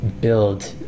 build